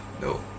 no